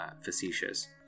facetious